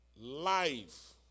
Life